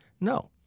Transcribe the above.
No